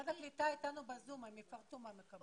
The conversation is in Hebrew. משרד הקליטה איתנו בזום, הם יפרטו מה הם מקבלים.